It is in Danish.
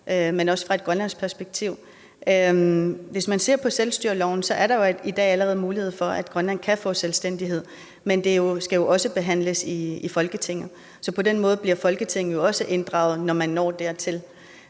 men også fra et grønlandsk perspektiv. Hvis man ser på selvstyreloven, er der allerede i dag mulighed for, at Grønland kan få selvstændighed. Men det skal jo også behandles i Folketinget, så på den måde bliver Folketinget også inddraget, når man når dertil.